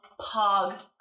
Pog